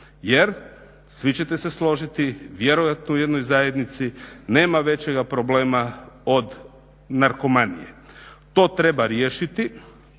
jer svi ćete se složiti vjerojatno u većoj zajednici nema većega problema od narkomanije, to treba riješiti.